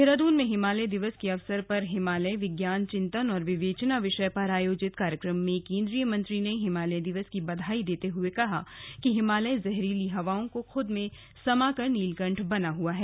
देहरादून में हिमालय दिवस के अवसर पर हिमालय विज्ञान चिंतन व विवेचना विषय पर आयोजित कार्यक्रम में केंद्रीय मंत्री ने हिमालय दिवस की बधाई देते हुए कहा कि हिमालय जहरीली हवाओं को खुद में समा कर नीलकंठ बना हुआ है